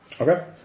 Okay